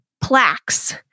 plaques